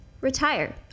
retire